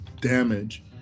damage